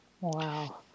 Wow